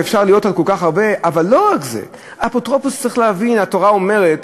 לא רק זה, צריך להבין, אפוטרופוס, התורה אומרת,